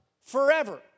forever